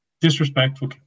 Disrespectful